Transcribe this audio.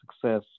success